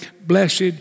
blessed